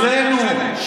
אצלנו.